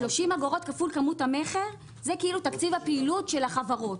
30 אגורות כפול כמות המכר זה תקציב הפעילות של החברות.